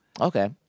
Okay